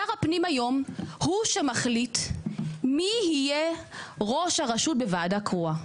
שר הפנים היום הוא שמחליט מי יהיה ראש הרשות בוועדה קרואה.